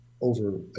over